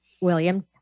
William